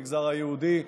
במגזר היהודי,